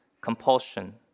compulsion